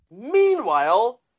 Meanwhile